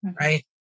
right